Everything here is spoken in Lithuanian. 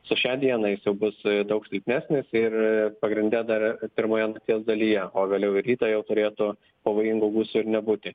su šia diena jis jau bus daug silpnesnis ir pagrinde dar pirmoje nakties dalyje o vėliau rytą jau turėtų pavojingų gūsių ir nebūti